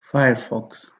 firefox